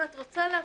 אם את רוצה להפסיק,